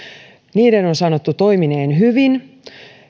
niiden on sanottu toimineen hyvin